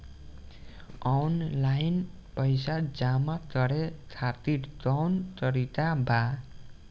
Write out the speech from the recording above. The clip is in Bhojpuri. आनलाइन पइसा जमा करे खातिर कवन तरीका बा?